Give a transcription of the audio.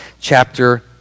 chapter